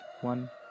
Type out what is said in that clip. one